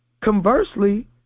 Conversely